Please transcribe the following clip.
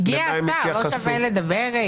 הגיע השר, לא שווה לדבר איתו?